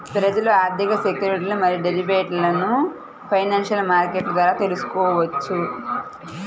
ప్రజలు ఆర్థిక సెక్యూరిటీలు మరియు డెరివేటివ్లను ఫైనాన్షియల్ మార్కెట్ల ద్వారా తెల్సుకోవచ్చు